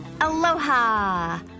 Aloha